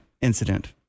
incident